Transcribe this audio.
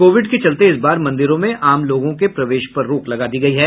Covid के चलते इस बार मंदिरों में आम लोगों के प्रवेश पर रोक लगा दी गयी है